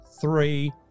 three